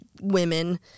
women